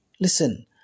listen